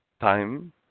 time